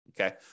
Okay